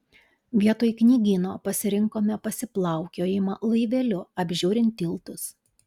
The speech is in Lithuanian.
vietoj knygyno pasirinkome pasiplaukiojimą laiveliu apžiūrint tiltus